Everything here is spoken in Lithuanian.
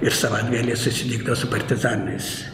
ir savaitgalyje susitikdavau su partizanais